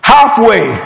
Halfway